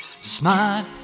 Smart